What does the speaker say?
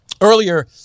Earlier